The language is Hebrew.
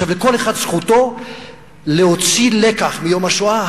עכשיו, כל אחד זכותו להוציא לקח מיום השואה.